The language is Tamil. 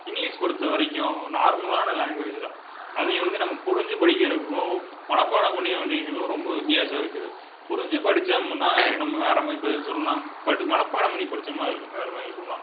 இங்கிலீஷ் பொறுத்தவரைக்கும் நார்மலான லாங்வேஜுதான் அதையும் வந்து நம்ம புரிஞ்சு படிக்கிறதுக்கும் மனப்பாடம் பண்ணி படிக்கிறக்கும் ரொம்ப வித்தியாசம் இருக்குது புரிஞ்சு படித்தமுன்னால் அதுக்கு நம்ம வேறமாதிரி பதில் சொல்லாம் படி மனப்பாடம் பண்ணி படித்தமுன்னா அதுக்கு வேறமாதிரி சொல்லலாம்